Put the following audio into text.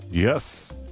Yes